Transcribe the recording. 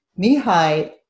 Mihai